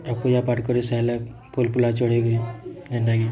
ଆଉ ପୂଜାପାଠ କରି ସାଇଲେ ଫୁଲ୍ଫୁଲା ଚଢ଼େଇକି ଏନ୍ତା କି